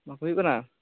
ᱚᱻ ᱦᱩᱭᱩᱜ ᱠᱟᱱᱟ